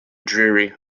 dreary